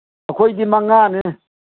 ꯑꯩꯈꯣꯏꯗꯤ ꯃꯉꯥꯅꯦ